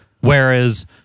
Whereas